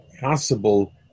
possible